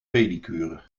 pedicure